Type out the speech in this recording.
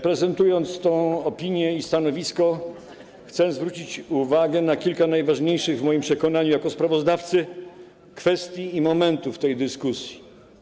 Prezentując tę opinię i stanowisko, chcę zwrócić uwagę na kilka najważniejszych, w moim przekonaniu jako sprawozdawcy, kwestii i momentów tej dyskusji.